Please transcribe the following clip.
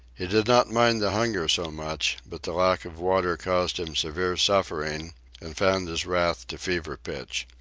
he did not mind the hunger so much, but the lack of water caused him severe suffering and fanned his wrath to fever-pitch.